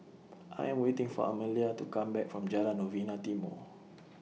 I Am waiting For Amalia to Come Back from Jalan Novena Timor